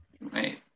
right